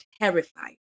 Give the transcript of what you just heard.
terrified